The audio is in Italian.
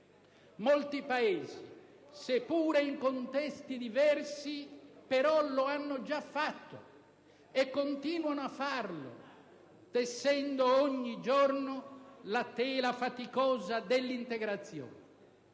molti Paesi, seppure in contesti diversi, però lo hanno già fatto e continuano a farlo tessendo ogni giorno la tela faticosa dell'integrazione.